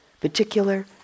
particular